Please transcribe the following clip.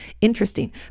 Interesting